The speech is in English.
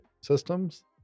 systems